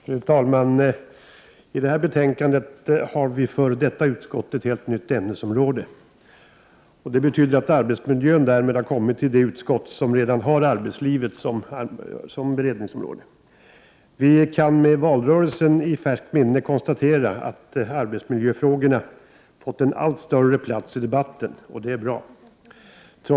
Fru talman! I det föreliggande betänkandet har vi ett för detta utskott helt nytt ämnesområde. Det betyder att arbetsmiljön därmed har kommit till det utskott som redan har arbetslivet som beredningsområde. Vi kan, med valrörelsen i färskt minne, konstatera att arbetsmiljöfrågorna fått en allt större plats i debatten. Det är bra.